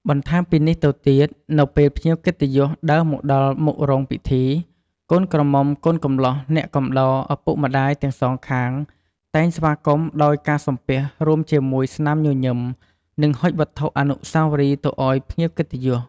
បន្ថែមពីនេះទៅទៀត នៅពេលភ្ញៀវកិត្តិយសដើរមកដល់មុខរោងពិធី កូនក្រមុំកូនកំលោះ អ្នកកំដរ ឪពុកម្តាយទាំងសងខាងតែងស្វាគមន៍ដោយការសំពះរួមជាមួយស្នាមញញឹម និងហុចវត្ថុអនុស្សាវរីយ៍ទៅឲ្យភ្ញៀវកិត្តិយស។